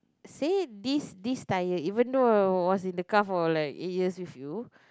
say this this tire even though I was in the car for like eight years with you